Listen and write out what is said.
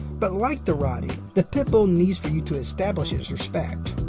but like the rottie, the pit bull needs for your to establish its respect.